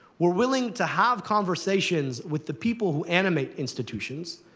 we're willing to have conversations with the people who animate institutions,